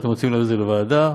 אתם רוצים להעביר את זה לוועדה,